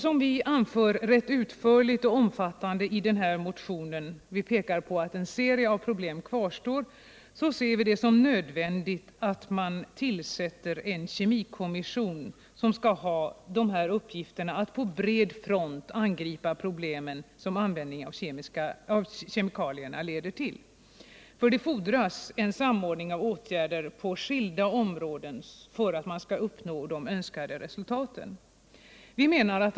Som vi anför rätt utförligt i motionen — vi pekar på att en serie problem kvarstår — ser vi det som nödvändigt att man tillsätter en kemikommission som skall ha dessa uppgifter att på bred front angripa de problem som användningen av kemikalier leder till. Det fordras en samordning av åtgärder på skilda områden för att man skall uppnå det önskade resultatet.